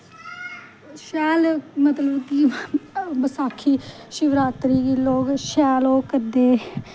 शैल मतलव की बसाखी शिवरात्री गी लोग शैल ओह् करदे